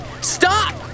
stop